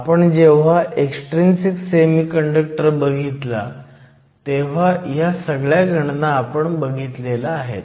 आपण जेव्हा extrinsic semiconductor बघितला तेव्हा ह्या सगळ्या गणना बघितल्या आहेत